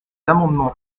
amendements